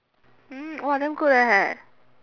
mm !wah! damn good leh